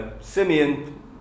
Simeon